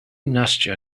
nastya